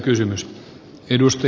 arvoisa puhemies